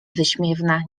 wyśmiewna